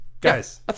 guys